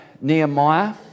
Nehemiah